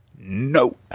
No